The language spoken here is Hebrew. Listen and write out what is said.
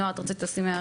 נועה, את רצית הערה?